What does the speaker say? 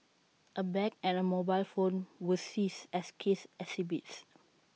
A bag and A mobile phone were seized as case exhibits